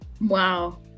Wow